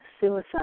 suicide